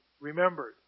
remembered